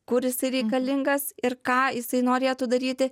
kur jisai reikalingas ir ką jisai norėtų daryti